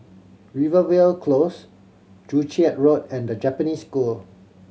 Rivervale Close Joo Chiat Road and The Japanese School